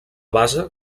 base